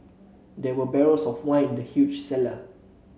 there were barrels of wine in the huge cellar